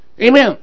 Amen